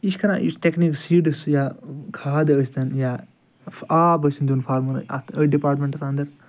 یہِ چھُ کَران یُس ٹیکنیٖک سیٖڈٕس یا کھاد ٲسۍتن یا آب ٲسِن دیُن فارمِنٛگ اتھ أتھۍ ڈِپارٹمٮ۪نٛٹس انٛدر